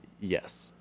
Yes